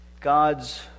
God's